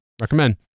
Recommend